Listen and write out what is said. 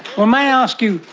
um i ask you,